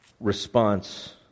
response